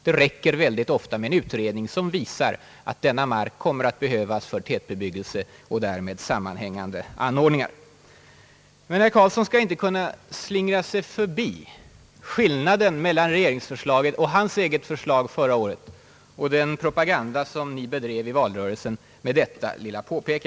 Det räcker ofta med en utredning som visar att denna mark kommer att behövas för tätbebyggelse och därmed sammanhängande anordningar. Men herr Karlsson skall inte med detta påpekande kunna slingra sig förbi skillnaden mellan regeringsförslaget och hans eget förslag förra året och den propaganda som bedrevs i valrörelsen.